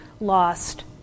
lost